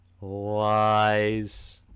lies